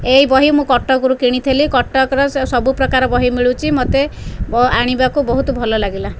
ଏଇ ବହି ମୁଁ କଟକରୁ କିଣିଥିଲି କଟକରେ ସବୁ ପ୍ରକାରର ବହି ମିଳୁଛି ମୋତେ ଆଣିବାକୁ ବହୁତ ଭଲ ଲାଗିଲା